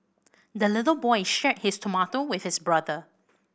the little boy shared his tomato with his brother